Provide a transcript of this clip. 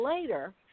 later